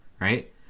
Right